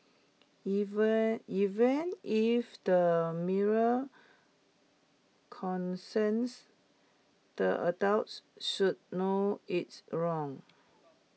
even even if the mirror consented the adults should know it's wrong